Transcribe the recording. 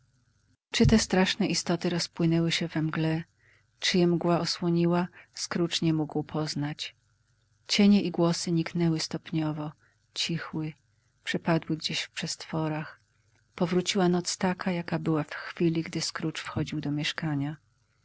czy te straszne istoty rozpłynęły się w mgle czy je mgła osłoniła scrooge nie mógł poznać cienie i głosy niknęły stopniowo cichły przepadły gdzieś w przestworach powróciła noc taka jaka była w chwili gdy scrogescrooge wchodził do mieszkania